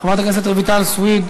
חברת הכנסת רויטל סויד,